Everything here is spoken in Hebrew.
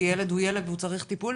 כי ילד הוא ילד והוא צריך טיפול,